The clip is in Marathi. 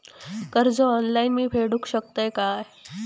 कर्ज ऑनलाइन मी फेडूक शकतय काय?